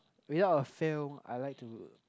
without a fail I like to